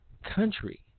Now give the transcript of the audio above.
Country